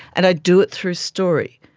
and i do it through story.